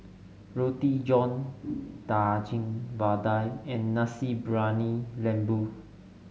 Roti John Daging Vadai and Nasi Briyani Lembu